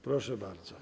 Proszę bardzo.